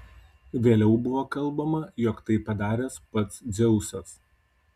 vėliau buvo kalbama jog tai padaręs pats dzeusas